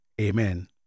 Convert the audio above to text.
Amen